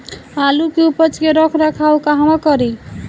आलू के उपज के रख रखाव कहवा करी?